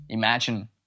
Imagine